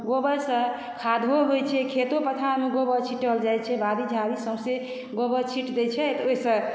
गोबरसँ खादो होइ छै खेतो पथारमे गोबर छिटल जाइ छै बारी झारी सौंसे गोबर छिट दै छै तऽ ओहिसँ